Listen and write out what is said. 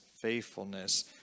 faithfulness